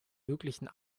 möglichen